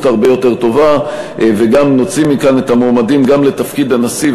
הרבה יותר טובה וגם נוציא מכאן את המועמדים לתפקיד הנשיא,